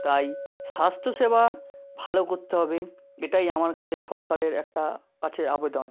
তাই স্বাস্থ্য সেবা ভালো করতে হবে এটাই আমার কাছে সরকারের একটা কাছে আবেদন